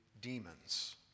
demons